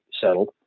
settled